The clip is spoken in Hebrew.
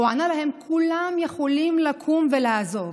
והוא ענה להם: כולם יכולים לקום ולעזוב.